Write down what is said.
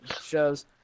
shows